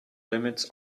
limits